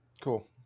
cool